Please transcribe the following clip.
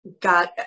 got